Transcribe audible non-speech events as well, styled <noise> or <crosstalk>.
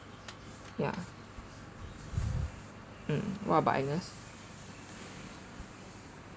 ya <breath> mm what about agnes